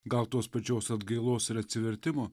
gal tos pačios atgailos ir atsivertimo